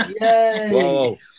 Yay